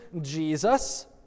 Jesus